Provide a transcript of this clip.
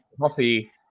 Coffee